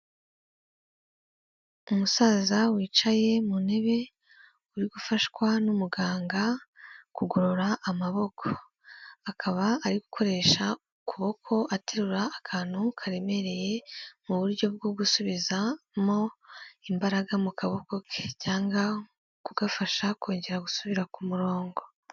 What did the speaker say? Umusaza wicaye mu ntebe, uri gufashwa n'umuganga kugorora amaboko. Akaba ari gukoresha ukuboko aterura akantu karemereye, mu buryo bwo gusubizamo imbaraga mu kaboko ke, cyangwa kugafasha kongera gusubira ku murongo.